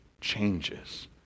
changes